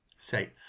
Say